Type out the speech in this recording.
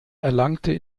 erlangte